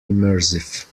immersive